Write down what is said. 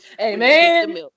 Amen